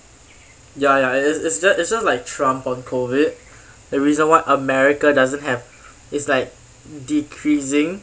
ya ya it is it's dirt just by trump on COVID the reason why america doesn't have is like decreasing